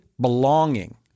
belonging